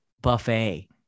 buffet